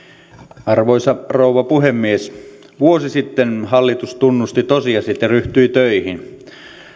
arvoisa rouva puhemies vuosi sitten hallitus tunnusti tosiasiat ja ryhtyi töihin